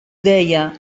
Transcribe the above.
deia